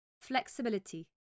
flexibility